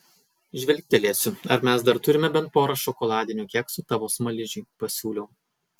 žvilgtelėsiu ar mes dar turime bent porą šokoladinių keksų tavo smaližiui pasiūliau